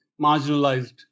marginalized